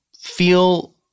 feel